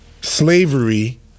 Slavery